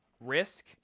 Risk